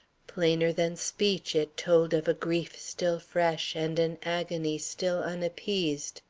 plainer than speech it told of a grief still fresh and an agony still unappeased,